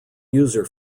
user